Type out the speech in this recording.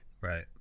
right